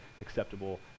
acceptable